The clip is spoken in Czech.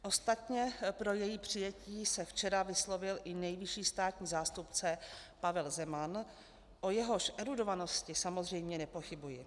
Ostatně pro její přijetí se včera vyslovil i nejvyšší státní zástupce Pavel Zeman, o jehož erudovanosti samozřejmě nepochybuji.